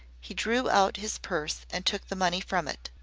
he drew out his purse and took the money from it.